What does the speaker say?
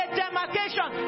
demarcation